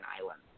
island